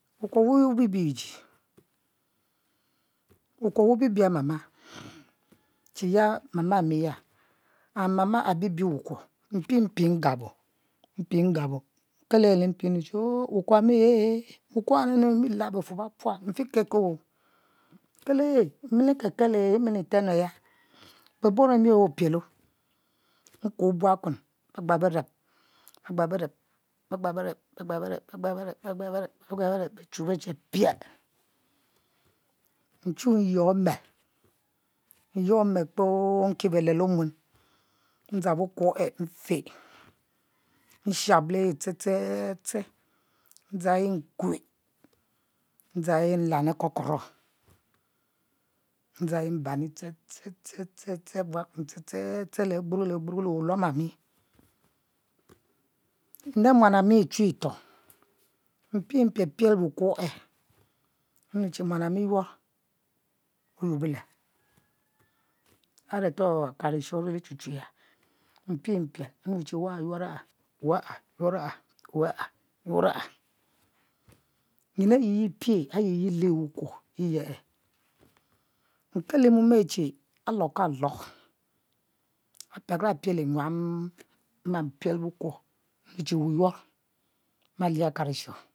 Wukuo wubibi iji, wukuo wubi bi mama che ya mama ami ya mama abibi wukuo mpie mpieh ngubo nkele e lempi nrue o wukuo ami yae wukuo a'imilal befuor bepual mfikelkeo kele e' milikel kel e yimi ntem le ya be borro emi e' opielo nkuo buakuen begbal bereb begbel bereb bechu bechu piel nchu nyuo imil nyur mel kpoo nkie beleb le omuen ndazang wukuo e'mfe mshabli este ste ste ndzang e'nkue ndzang e'nlam le kokoro ndzang e' mbam ste ste ste ste ste baajuen le agburo le wuluom ami nde muan ami achu itoh mpie mpiel piel wukuo e'nrue che muan ami yur oyibo le, areto akamrisho arili chu chu ya mpie mpiel nrue chi, weh yur a weh yur a nyin ayi ye e'pie e'le wukuo yiye e nkelo mom e'che alokalo apiel kapiel nyuam mapiel wukuo mme che weh yuor malie akamisho